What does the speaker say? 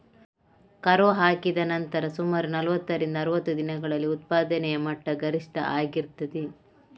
ಕರು ಹಾಕಿದ ನಂತರ ಸುಮಾರು ನಲುವತ್ತರಿಂದ ಅರುವತ್ತು ದಿನಗಳಲ್ಲಿ ಉತ್ಪಾದನೆಯ ಮಟ್ಟ ಗರಿಷ್ಠ ಆಗಿರ್ತದೆ